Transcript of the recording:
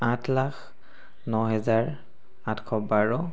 আঠ লাখ ন হেজাৰ আঠশ বাৰ